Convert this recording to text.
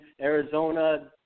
Arizona